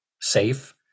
safe